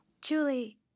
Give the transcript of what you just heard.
Julie